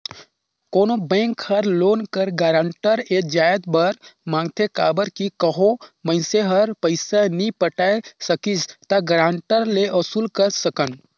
कोनो बेंक हर लोन कर गारंटर ए जाएत बर मांगथे काबर कि कहों मइनसे हर पइसा नी पटाए सकिस ता गारंटर ले वसूल कर सकन